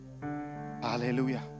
Hallelujah